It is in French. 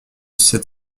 sept